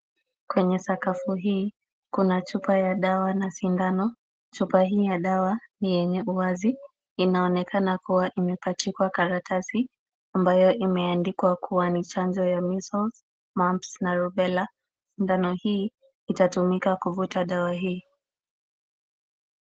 Kwenye sakafu hii kuna chupa ya dawa na sindano. Chupa hii ya dawa ni yenye uwazi, inaonekana kuwa imepachikwa karatasi ambayo imeandikwa kuwa ni chanjo ya Measles, Mumps na Rubella . Sindano hii itatumika kuvuta dawa hii.